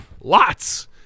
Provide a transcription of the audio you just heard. Lots